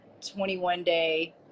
21-day